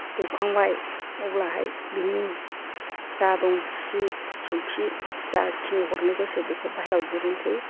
दौखांबाय अब्लाहाय बिनि जा दं सि सौखि जाखिनि हरनो गोसो बेखौ बाहेराव दिहुनसै